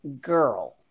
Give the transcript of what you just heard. Girl